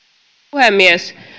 puhemies